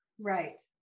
Right